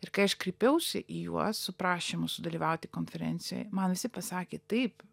ir kai aš kreipiausi į juos su prašymu sudalyvauti konferencijoj man visi pasakė taip